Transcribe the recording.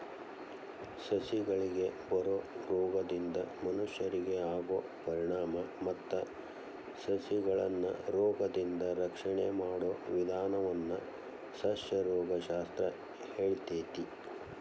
ಸಸಿಗಳಿಗೆ ಬರೋ ರೋಗದಿಂದ ಮನಷ್ಯರಿಗೆ ಆಗೋ ಪರಿಣಾಮ ಮತ್ತ ಸಸಿಗಳನ್ನರೋಗದಿಂದ ರಕ್ಷಣೆ ಮಾಡೋ ವಿದಾನವನ್ನ ಸಸ್ಯರೋಗ ಶಾಸ್ತ್ರ ಹೇಳ್ತೇತಿ